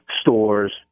stores